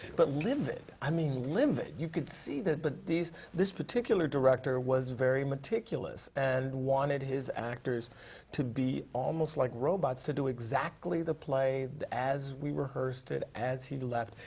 but livid. i mean, livid. you could see that. but these, this particular director was very meticulous, and wanted his actors to be almost like robots to do exactly the play, the, as we rehearsed it, as he left.